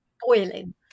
boiling